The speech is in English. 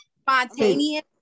spontaneous